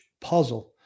puzzle